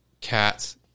cats